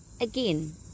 again